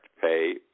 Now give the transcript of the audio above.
pay